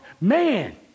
man